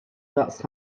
daqs